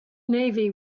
navy